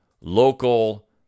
local